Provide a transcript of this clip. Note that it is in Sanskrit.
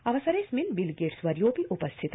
अवसरेऽस्मिन् बिल गेट्स वर्योऽपि उपस्थित